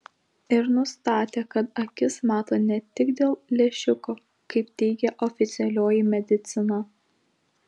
ir nustatė kad akis mato ne tik dėl lęšiuko kaip teigia oficialioji medicina